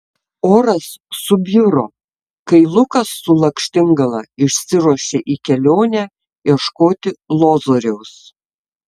oras subjuro kai lukas su lakštingala išsiruošė į kelionę ieškoti lozoriaus